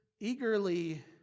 eagerly